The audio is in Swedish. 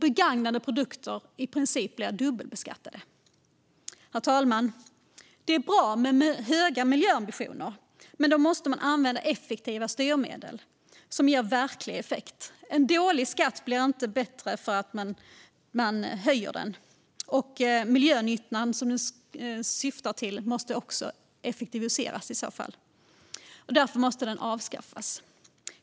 Begagnade produkter blir också i princip dubbelbeskattade. Herr talman! Det är bra med höga miljöambitioner, men då måste man använda styrmedel som ger verklig effekt. En dålig skatt blir inte bättre för att man höjer den. Och miljönyttan som den syftar till måste i så fall effektiveras. Skatten måste avskaffas.